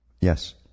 Yes